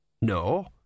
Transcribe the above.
No